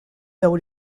though